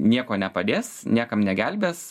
nieko nepadės niekam negelbės